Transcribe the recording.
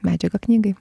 medžiagą knygai